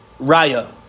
raya